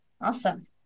Awesome